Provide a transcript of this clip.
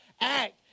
act